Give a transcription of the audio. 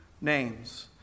names